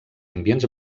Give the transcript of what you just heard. ambients